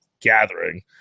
gathering